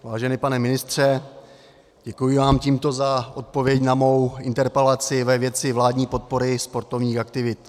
Vážený pane ministře, děkuji vám tímto za odpověď na mou interpelaci ve věci vládní podpory sportovních aktivit.